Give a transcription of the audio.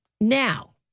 Now